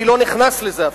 ואני לא נכנס לזה אפילו.